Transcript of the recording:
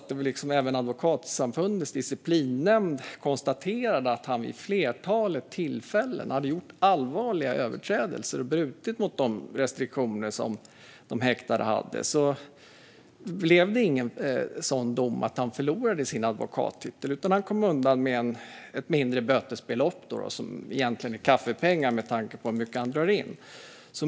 Trots att advokatsamfundets disciplinnämnd konstaterade att han vid ett flertal tillfällen hade gjort allvarliga överträdelser och brutit mot den häktades restriktioner förlorade han inte sin advokattitel, utan han kom undan med ett mindre bötesbelopp som egentligen är kaffepengar med tanke på hur mycket han drar in.